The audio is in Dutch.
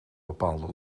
bepaalde